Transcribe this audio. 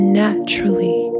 naturally